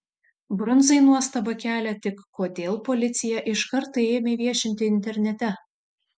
brundzai nuostabą kelia tik kodėl policija iškart tai ėmė viešinti internete